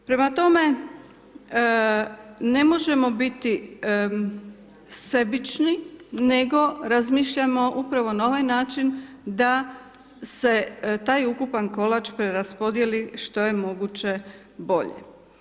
Prema tome, ne možemo biti sebični, nego razmišljamo upravo na ovaj način, da se taj ukupan kolač preraspodijeli što je moguće bolje.